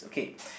okay